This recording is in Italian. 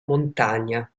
montagna